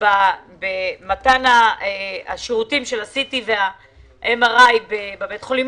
במתן השירותים של ה-CT וה-MRI בבית החולים